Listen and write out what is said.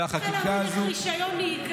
אני לא מצליחה להבין איך רישיון נהיגה